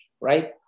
right